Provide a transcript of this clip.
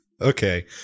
Okay